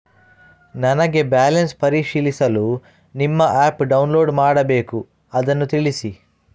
ನನಗೆ ಬ್ಯಾಲೆನ್ಸ್ ಪರಿಶೀಲಿಸಲು ನಿಮ್ಮ ಆ್ಯಪ್ ಡೌನ್ಲೋಡ್ ಮಾಡಬೇಕು ಅದನ್ನು ತಿಳಿಸಿ?